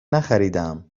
نخریدهام